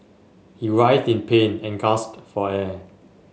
he writhed in pain and gasped for air